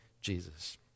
Jesus